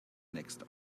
next